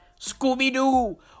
Scooby-Doo